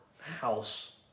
house